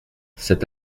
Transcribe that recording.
cet